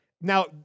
Now